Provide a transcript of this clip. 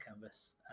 Canvas